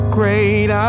Great